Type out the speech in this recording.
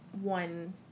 one